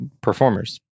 performers